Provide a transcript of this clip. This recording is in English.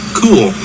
cool